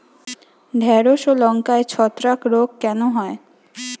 ঢ্যেড়স ও লঙ্কায় ছত্রাক রোগ কেন হয়?